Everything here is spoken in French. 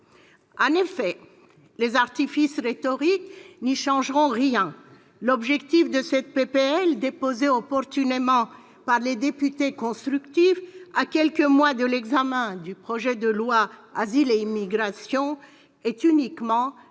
En effet, les artifices rhétoriques n'y changeront rien, l'objectif de cette proposition de loi, déposée opportunément par les députés Les Constructifs à quelques mois de l'examen du projet de loi sur l'asile et l'immigration, est uniquement